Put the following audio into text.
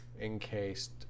encased